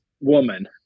woman